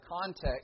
context